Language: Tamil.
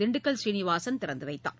திண்டுக்கல் சீனிவாசன் திறந்து வைத்தார்